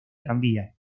tranvía